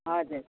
हजुर